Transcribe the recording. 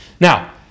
Now